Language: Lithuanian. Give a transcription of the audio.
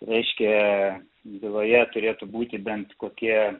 reiškia byloje turėtų būti bent kokie